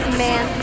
man